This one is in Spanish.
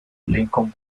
lincoln